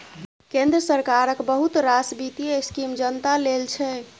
केंद्र सरकारक बहुत रास बित्तीय स्कीम जनता लेल छै